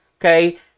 Okay